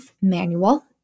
manual